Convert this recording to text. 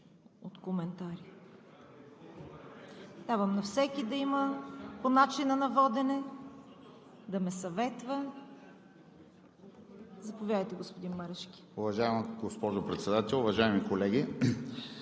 Господин Марешки, заповядайте. Днес съм решила да се въздържам от коментари. Давам на всеки да има по начина на водене, да ме съветва…